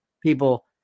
people